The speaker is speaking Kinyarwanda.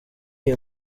iyi